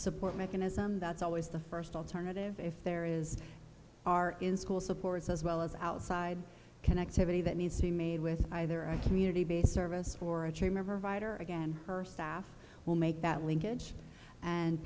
support mechanism that's always the first alternative if there is are in school supports as well as outside connectivity that needs to be made with either a community based service or a tree member vied or again her staff will make that linkage and